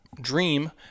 Dream